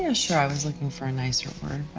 yeah, sure. i was looking for a nicer word,